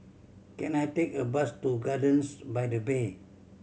can I take a bus to Gardens by the Bay